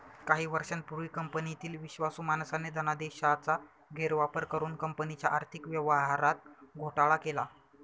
काही वर्षांपूर्वी कंपनीतील विश्वासू माणसाने धनादेशाचा गैरवापर करुन कंपनीच्या आर्थिक व्यवहारात घोटाळा केला